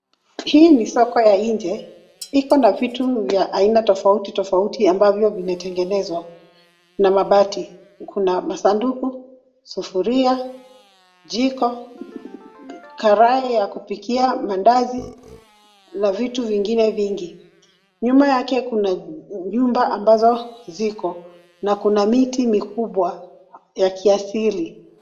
Hii ni soko ya nje. Iko na vitu vya aina tofauti tofauti ambavyo vimetengenezwa na mabati. Kuna masanduku, sufuria, jiko, karai ya kupikia mandazi na vitu vingine vingi. Nyuma yake kuna nyumba ambazo ziko na kuna miti mikubwa ya kiasili.